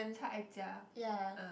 Cai-Ai-Jia uh